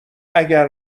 اگر